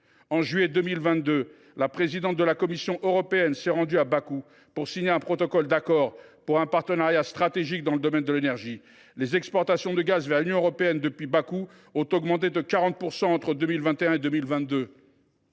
En juillet 2022, la présidente de la Commission européenne s’est rendue à Bakou, afin de signer un protocole d’accord pour un partenariat stratégique dans le domaine de l’énergie. Les exportations de gaz vers l’Union européenne depuis Bakou ont augmenté de 40 % entre 2021 et 2022.